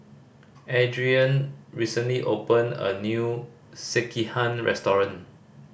Adrienne recently opened a new Sekihan restaurant